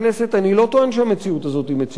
אני לא טוען שהמציאות הזאת היא מציאות קלה.